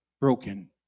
broken